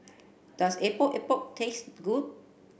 does Epok Epok taste good